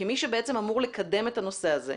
כמי שבעצם אמור לקדם את הנושא הזה,